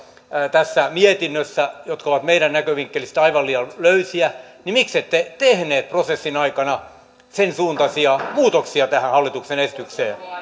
tässä mietinnössä näitä lausumia jotka ovat meidän näkövinkkelistämme aivan liian löysiä niin miksette tehneet prosessin aikana sen suuntaisia muutoksia tähän hallituksen esitykseen